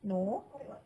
no